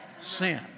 Sin